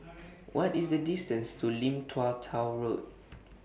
What IS The distance to Lim Tua Tow Road